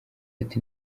ati